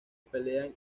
pelean